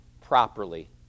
properly